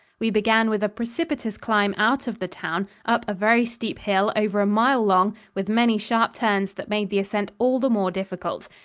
we began with a precipitous climb out of the town, up a very steep hill over a mile long, with many sharp turns that made the ascent all the more difficult.